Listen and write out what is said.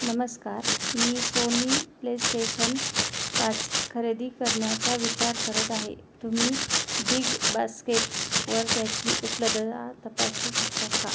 नमस्कार मी Sony PlayStation पाच खरेदी करण्याचा विचार करत आहे तुम्ही बीगबास्केट वर त्याची उपलद्ददा तपासू शकता का